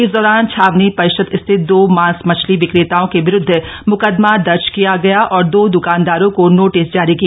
इस दौरान छावनी परिषद स्थित दो मॉस मछली विक्रेताओं के विरुद्ध मुकदमा दर्ज किया और दो दुकानदारों को नोटिस जारी किया